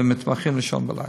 למתמחים לישון בלילה.